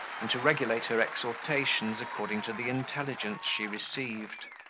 and to regulate her exhortations according to the intelligence she received.